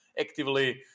actively